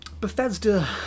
Bethesda